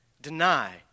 Deny